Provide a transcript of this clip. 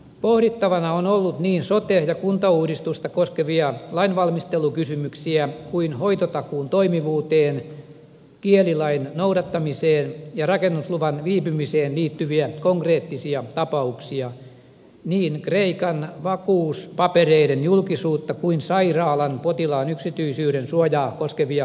pohdittavana on ollut niin sote ja kuntauudistusta koskevia lainvalmistelukysymyksiä kuin hoitotakuun toimivuuteen kielilain noudattamiseen ja rakennusluvan viipymiseen liittyviä konkreettisia tapauksia niin kreikan vakuuspapereiden julkisuutta kuin sairaalan potilaan yksityisyydensuojaa koskevia kanteluita